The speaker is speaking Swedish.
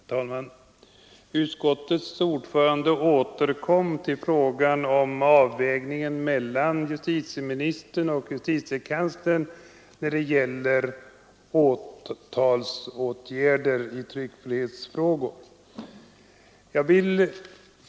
Herr talman! Utskottets ordförande återkom till frågan om avvägningen mellan justitieministern och justitiekanslern när det gäller åtalsåtgärder i tryckfrihetsfrågor.